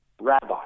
rabbi